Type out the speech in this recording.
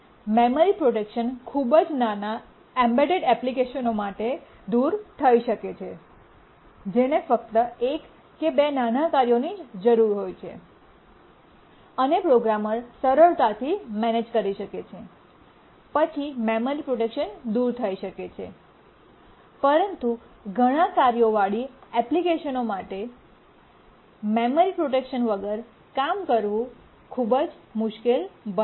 memory protection ખૂબ જ નાના એમ્બેડેડ એપ્લિકેશનો માટે દૂર થઈ શકે છે જેને ફક્ત એક કે બે નાના કાર્યોની જ જરૂર હોય છે અને પ્રોગ્રામર સરળતાથી મેનેજ કરી શકે છે પછી મેમરી પ્રોટેક્શન દૂર થઈ શકે છે પરંતુ ઘણી કાર્યોવાળી એપ્લિકેશનો માટે મેમરી પ્રોટેક્શન વિના કામ કરવું ખૂબ મુશ્કેલ બને છે